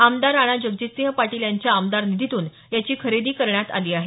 आमदार राणा जगजितसिंह पाटील यांच्या आमदार निधीतून याची खरेदी करण्यात आली आहे